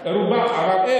רובם.